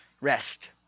rest